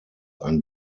ein